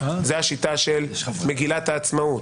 זו השיטה של מגילת העצמאות,